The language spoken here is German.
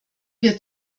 wir